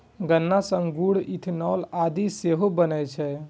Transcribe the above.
गन्ना सं गुड़, इथेनॉल आदि सेहो बनै छै